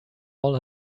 all